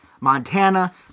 Montana